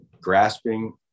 grasping